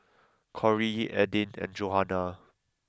Corry Aydin and Johanna